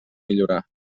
millorar